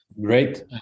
Great